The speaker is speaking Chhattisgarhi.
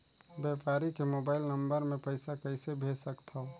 व्यापारी के मोबाइल नंबर मे पईसा कइसे भेज सकथव?